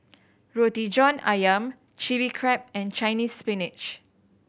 Roti John Ayam Chili Crab and Chinese Spinach